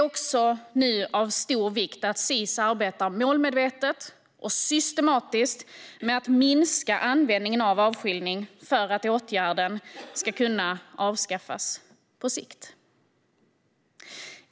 Det är nu av stor vikt att Sis arbetar målmedvetet och systematiskt med att minska användningen av avskiljning för att åtgärden ska kunna avskaffas på sikt.